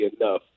enough